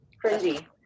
crazy